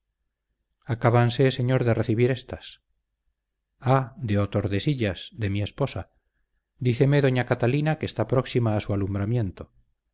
tenéis acábanse señor de recibir éstas ah de otordesillas de mi esposa díceme doña catalina que está próxima a su alumbramiento